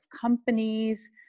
companies